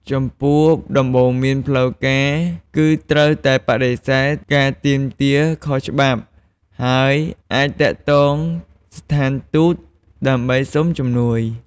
ចំពោះ ដំបូន្មានផ្លូវការគឺត្រូវតែបដិសេធការទាមទារខុសច្បាប់ ហើយអាចទាក់ទងស្ថានទូតដើម្បីសុំជំនួយ។